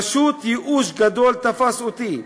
פשוט ייאוש גדול תפס אותי.